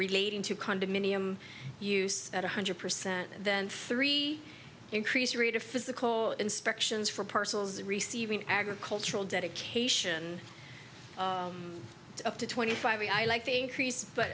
relating to condominium use one hundred percent and then three increased rate of physical inspections for parcels receiving agricultural dedication up to twenty five i like the increase but